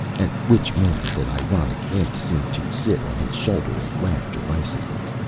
at which moment an ironic imp seemed to sit on his shoulder, and laugh derisively.